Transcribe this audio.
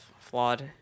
flawed